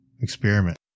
experiment